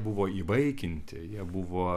buvo įvaikinti jie buvo